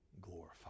glorified